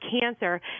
cancer